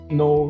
no